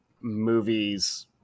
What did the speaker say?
movies